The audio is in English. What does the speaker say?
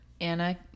anna